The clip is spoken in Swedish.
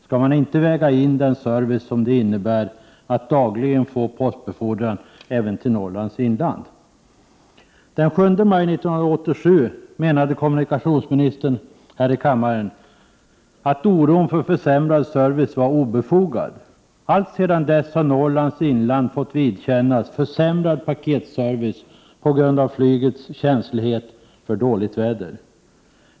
Skall man inte väga in den service som det innebär att dagligen få postbefordran även till Norrlands inland? Den 7 maj 1987 menade kommunikationsministern här i kammaren att oron för försämrad service var obefogad. Alltsedan dess har Norrlands inland fått vidkännas försämrad paketservice på grund av flygets känslighet för dåligt väder.